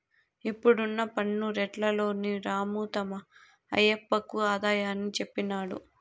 ఇప్పుడున్న పన్ను రేట్లలోని రాము తమ ఆయప్పకు ఆదాయాన్ని చెప్పినాడు